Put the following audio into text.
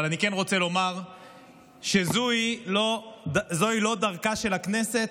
אבל אני כן רוצה לומר שזוהי לא דרכה של הכנסת.